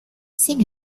sin